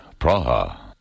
Praha